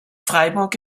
freiburg